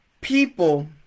people